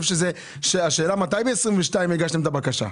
השאלה מתי ב-2022 הגשתם את הבקשה.